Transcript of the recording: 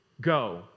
Go